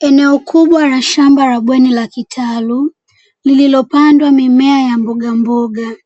Eneo kubwa la shamba la bweni la kitalu lililopandwa mimea ya mbogamboga,